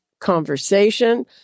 conversation